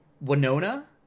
Winona